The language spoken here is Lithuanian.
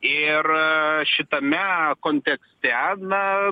ir šitame kontekste na